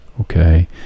Okay